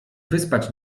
wyspać